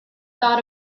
thought